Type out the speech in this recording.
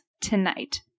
tonight